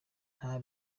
nta